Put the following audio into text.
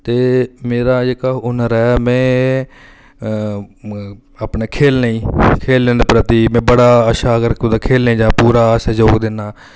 ते मेरा जेह्का हुनर ऐ में अपने खेढने दे प्रति में बड़ा अच्छा अगर कुतै खेढने गी जां पूरा सैह्जोग दिन्ना